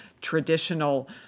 traditional